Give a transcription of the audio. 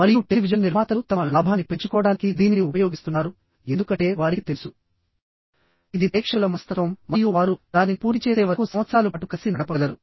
మరియు టెలివిజన్ నిర్మాతలు తమ లాభాన్ని పెంచుకోవడానికి దీనిని ఉపయోగిస్తున్నారు ఎందుకంటే వారికి తెలుసు ఇది ప్రేక్షకుల మనస్తత్వం మరియు వారు దానిని పూర్తి చేసే వరకు సంవత్సరాలు పాటు కలిసి నడపగలరు